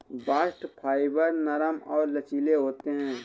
bast fibre नरम और लचीले होते हैं